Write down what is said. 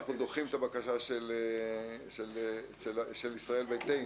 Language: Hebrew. אנחנו דוחים את הבקשה של ישראל ביתנו.